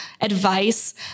advice